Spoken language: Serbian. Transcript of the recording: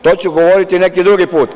To ću govoriti neki drugi put.